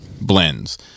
blends